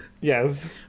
yes